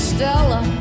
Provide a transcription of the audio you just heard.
Stella